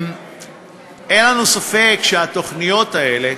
אין לנו ספק שהתוכניות האלה